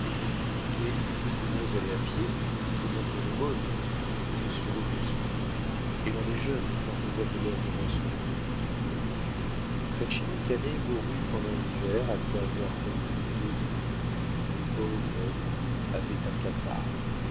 mais nous pouvons aller à pied je demanderai l'aumône je suis robuste et l'on est jeune quand on voit de l'or devant soi facino cane mourut pendant l'hiver après avoir langui deux mois le pauvre homme avait un catarrhe